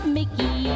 Mickey